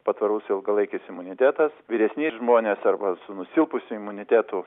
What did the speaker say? patvarus ilgalaikis imunitetas vyresni žmonės arba su nusilpusiu imunitetu